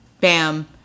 bam